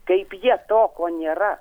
kaip jie to ko nėra